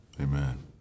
Amen